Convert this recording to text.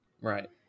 right